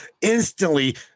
instantly